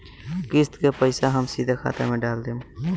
किस्त के पईसा हम सीधे खाता में डाल देम?